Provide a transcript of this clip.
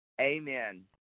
Amen